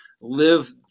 live